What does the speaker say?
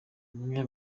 amwe